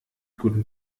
guten